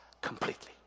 completely